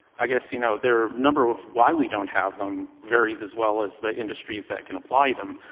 i guess, you know, their number of why we don't have them varies as well as the industries that can apply them.